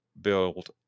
build